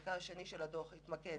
חלקו השני של הדוח התמקד